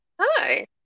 Hi